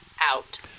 out